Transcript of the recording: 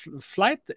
flight